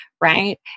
right